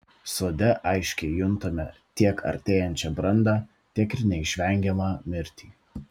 sode aiškiai juntame tiek artėjančią brandą tiek ir neišvengiamą mirtį